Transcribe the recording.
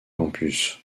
campus